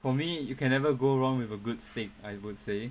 for me you can never go wrong with a good steak I would say